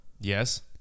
Yes